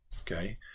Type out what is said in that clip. okay